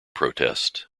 protest